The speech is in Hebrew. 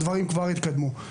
הדברים כבר יתקדמו.